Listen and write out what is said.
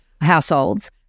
households